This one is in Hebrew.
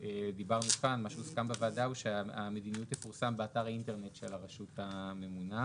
ומה שהוסכם בוועדה הוא שהמדיניות תפורסם באתר האינטרנט של הרשות הממונה.